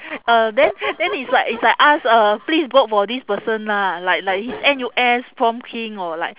uh then then it's like it's like ask uh please vote for this person lah like like his N_U_S prom king or like